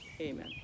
Amen